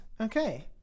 Okay